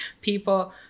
People